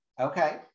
Okay